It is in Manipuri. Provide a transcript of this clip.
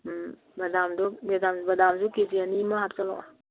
ꯕꯗꯥꯝꯗꯣ ꯕꯗꯥꯝꯁꯨ ꯀꯦ ꯖꯤ ꯑꯅꯤ ꯑꯃ ꯍꯥꯞꯆꯤꯜꯂꯛꯑꯣ